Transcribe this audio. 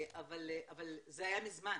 אבל זה היה מזמן.